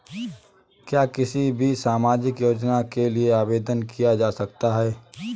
क्या किसी भी सामाजिक योजना के लिए आवेदन किया जा सकता है?